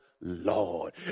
Lord